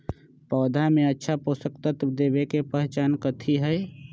पौधा में अच्छा पोषक तत्व देवे के पहचान कथी हई?